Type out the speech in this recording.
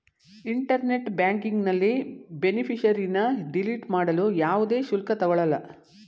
internet ಬ್ಯಾಂಕಿಂಗ್ನಲ್ಲಿ ಬೇನಿಫಿಷರಿನ್ನ delete ಮಾಡಲು ಯಾವುದೇ ಶುಲ್ಕ ತಗೊಳಲ್ಲ